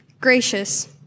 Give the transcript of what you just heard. gracious